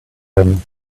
him